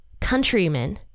countrymen